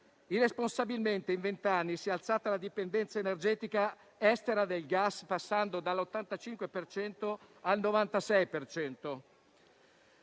Irresponsabilmente, in vent'anni si è alzata la dipendenza energetica estera del gas, passando dall'85 per